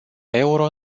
euro